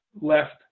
left